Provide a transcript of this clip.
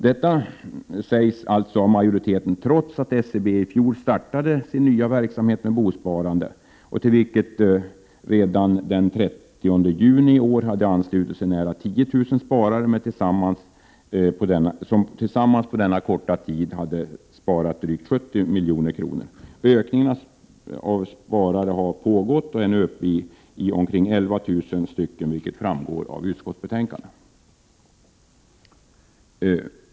Detta sägs alltså av majoriteten trots att SBC i fjol startade sin nya verksamhet med bosparande, till vilket det redan den 30 juni i år hade anslutit sig nära 10 000 sparare som tillsammans på denna korta tid hade sparat drygt 70 milj.kr. Ökningen av sparare fortsätter, och man är nu uppe i omkring 11 000 sparare, vilket framgår av utskottsbetänkandet.